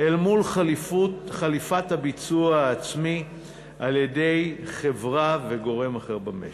אל מול חליפת הביצוע העצמי על-ידי חברה וגורם אחר במשק.